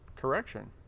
Correction